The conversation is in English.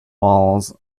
walls